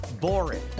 boring